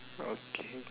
okay